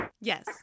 yes